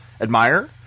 admire